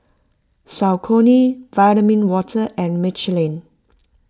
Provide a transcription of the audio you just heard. Saucony Vitamin Water and Michelin